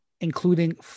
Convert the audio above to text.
including